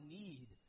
need